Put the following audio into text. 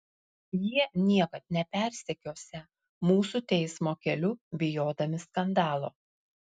jie niekad nepersekiosią mūsų teismo keliu bijodami skandalo